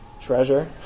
treasure